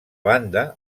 banda